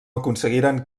aconseguiren